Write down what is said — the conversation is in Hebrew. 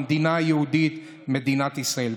במדינה היהודית, מדינת ישראל.